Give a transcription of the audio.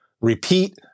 repeat